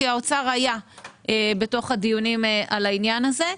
כי האוצר היה בתוך הדיונים על העניין הזה.